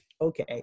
okay